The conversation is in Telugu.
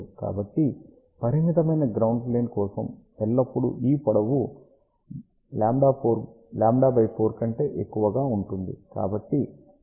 కాబట్టి పరిమితమైన గ్రౌండ్ ప్లేన్ కోసం ఎల్లప్పుడూ ఈ పొడవు λ4 కంటే ఎక్కువగా ఉంటుంది